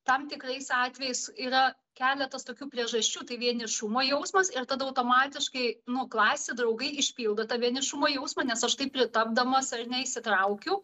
tam tikrais atvejais yra keletas tokių priežasčių tai vienišumo jausmas ir tada automatiškai nu klasė draugai išpildo tą vienišumo jausmą nes aš taip pritapdamas ar ne įsitraukiu